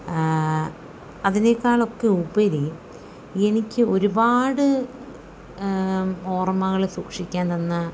അതിനേക്കാളൊക്കെ ഉപരി എനിക്ക് ഒരുപാട് ഓർമ്മകൾ സൂക്ഷിക്കാൻ തന്ന